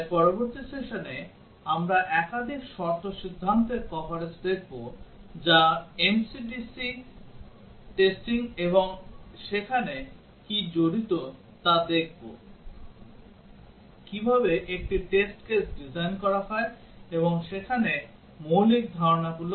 তাই পরবর্তী সেশানে আমরা একাধিক শর্ত সিদ্ধান্তের কভারেজ দেখব যা MCDC টেস্টিং এবং সেখানে কী জড়িত তা দেখব কিভাবে একটি টেস্ট কেস ডিজাইন করা হয় এবং সেখানে মৌলিক ধারণাগুলো কি